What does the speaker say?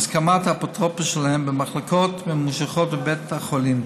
בהסכמת האפוטרופוס שלהם, ממושכות בבית החולים.